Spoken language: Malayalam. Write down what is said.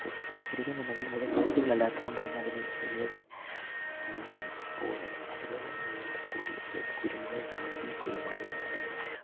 കൊടുക്കാൻ ആഗ്രഹിക്കുന്നുണ്ടെങ്കിലും അത് പോസിബിൾ അല്ലാത്തതു കൊണ്ട് പിന്നെ അതിലേക്ക് വലുതായിട്ട് പോകുന്നില്ല അതുപോലെ തന്നെ വേറെയുമുണ്ട് കൂടി അതായത് കുരുമുളക് കാപ്പി കുരുമുളക് എന്ന കാര്യങ്ങൾ